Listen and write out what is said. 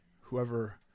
whoever